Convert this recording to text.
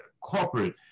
corporate